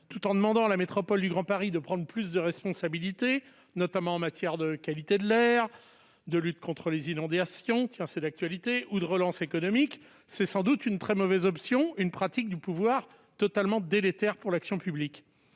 tout en demandant à cette dernière de prendre davantage de responsabilités, notamment en matière de qualité de l'air, de lutte contre les inondations- c'est d'actualité ! -ou de relance économique constitue sans doute une très mauvaise option et traduit une pratique du pouvoir totalement délétère pour l'action publique.